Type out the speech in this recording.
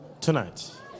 tonight